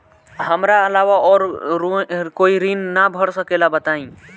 हमरा अलावा और कोई ऋण ना भर सकेला बताई?